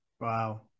Wow